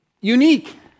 Unique